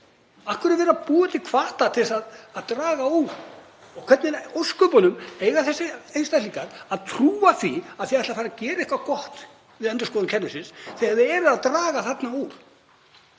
hverju er verið að búa til hvata til að draga úr? Hvernig í ósköpunum eiga þessir einstaklingar að trúa því að þið ætlið að fara að gera eitthvað gott í endurskoðun kerfisins þegar þið eruð að draga þarna úr?